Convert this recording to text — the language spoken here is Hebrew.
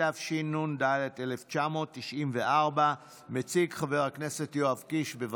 התשנ"ד 1994. מציג, חבר הכנסת יואב קיש, בבקשה.